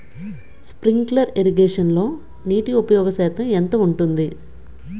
Sprinkler ఇరగేషన్లో నీటి ఉపయోగ శాతం ఎంత ఉంటుంది?